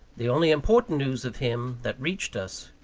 the only important news of him that reached us,